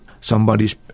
Somebody's